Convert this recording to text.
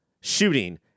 shooting